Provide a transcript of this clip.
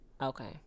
Okay